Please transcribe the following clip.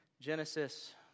Genesis